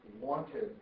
wanted